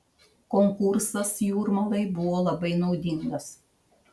konkursas jūrmalai buvo labai naudingas